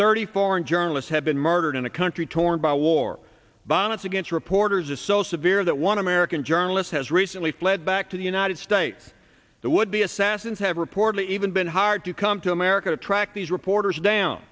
thirty foreign journalists have been murdered in a country torn by war bonnets against reporters is so severe that one american journalist has recently fled back to the united states that would be assassins have reported even been hard to come to america to track these reporters down